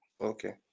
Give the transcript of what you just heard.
okay